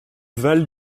val